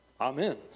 Amen